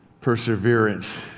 perseverance